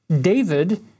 David